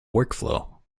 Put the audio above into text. workflow